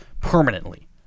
permanently